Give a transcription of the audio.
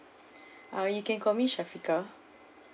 uh you can call me syafiqah